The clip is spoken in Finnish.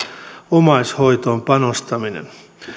omaishoitoon panostaminen